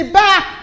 back